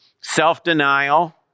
self-denial